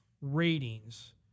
ratings